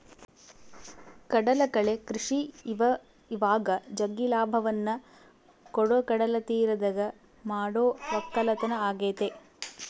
ಕಡಲಕಳೆ ಕೃಷಿ ಇವಇವಾಗ ಜಗ್ಗಿ ಲಾಭವನ್ನ ಕೊಡೊ ಕಡಲತೀರದಗ ಮಾಡೊ ವಕ್ಕಲತನ ಆಗೆತೆ